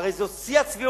הרי זה שיא הצביעות.